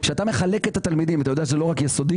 כשאתה מחלק את התלמידים אתה יודע שזה לא רק יסודי?